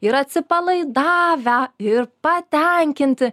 yra atsipalaidavę ir patenkinti